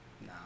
No